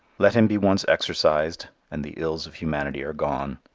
let him be once exorcised and the ills of humanity are gone.